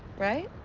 right?